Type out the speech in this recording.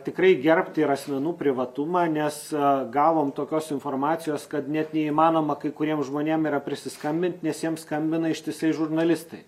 tikrai gerbt ir asmenų privatumą nes gavom tokios informacijos kad net neįmanoma kai kuriem žmonėm yra prisiskambint nes jiems skambina ištisai žurnalistai